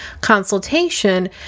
consultation